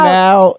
now